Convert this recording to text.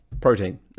Protein